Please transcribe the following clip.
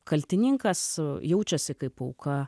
kaltininkas jaučiasi kaip auka